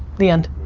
the end.